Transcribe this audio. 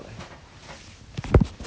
orh they didn't update the thing ha